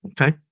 okay